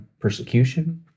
persecution